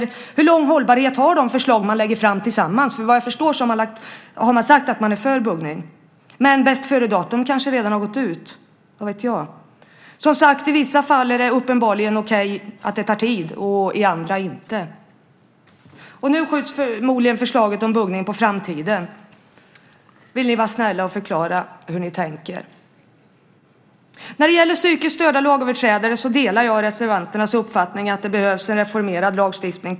Hur lång hållbarhet har de förslag ni lägger fram tillsammans? Vad jag förstår har ni sagt att ni är för buggning, men bästföredatum kanske redan har gått ut. Vad vet jag? I vissa fall är det uppenbarligen okej att det tar tid, och i andra inte. Nu skjuts förmodligen förslaget om buggning på framtiden. Vill ni vara snälla och förklara hur ni tänker. När det gäller psykiskt störda lagöverträdare delar jag reservanternas uppfattning att det behövs en reformerad lagstiftning.